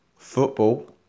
Football